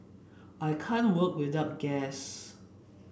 I can't work without gas